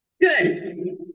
Good